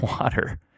water